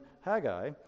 Haggai